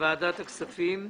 ועדת הכספים.